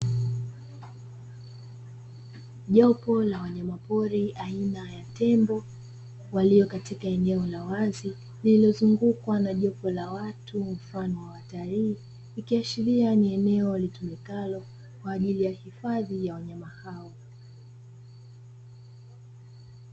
Jopo la wanyama pori aina ya tembo walio katika eneo la wazi, lililozungukwa na jopo la watu mfano wa watalii, ikiashiria ni eneo litumikalo kwa ajili ya hifadhi ya wanyama hao.